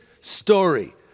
story